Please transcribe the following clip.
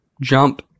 jump